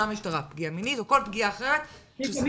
פגיעה מינית או כל פגיעה אחרת --- לפעמים